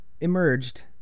emerged